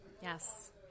Yes